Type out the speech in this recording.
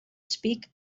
speak